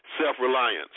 self-reliance